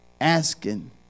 asking